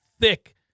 thick